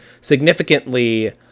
significantly